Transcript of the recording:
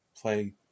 play